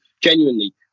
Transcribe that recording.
genuinely